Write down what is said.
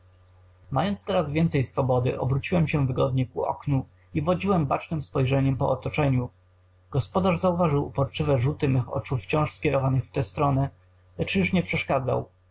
mając teraz więcej swobody obróciłem się wygodnie ku oknu i wodziłem bacznem spojrzeniem po otoczeniu gospodarz zauważył uporczywe rzuty mych oczu wciąż skierowanych w tę stronę lecz już nie przeszkadzał